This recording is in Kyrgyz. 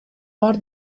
бар